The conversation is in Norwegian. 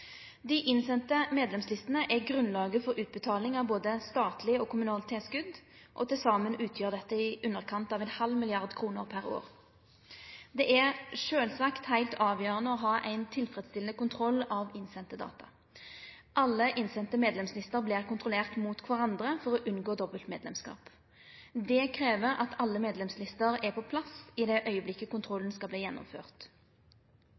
Dei innsende medlemslistene er grunnlaget for utbetaling av både statleg og kommunalt tilskott, og til saman utgjer det i underkant av ein halv mrd. kr per år. Det er sjølvsagt heilt avgjerande å ha ein tilfredsstillande kontroll av innsende data. Alle innsende medlemslister vert kontrollerte mot kvarandre for å unngå dobbel medlemskap. Det krev at alle medlemslister er på plass i